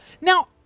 now